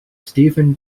steven